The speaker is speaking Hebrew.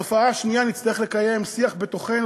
לגבי התופעה השנייה נצטרך לקיים שיח בתוכנו.